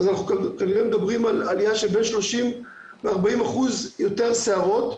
כנראה שאנחנו מדברים על עלייה שבין 30% ל-40% יותר סערות,